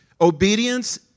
Obedience